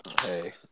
Hey